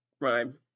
rhyme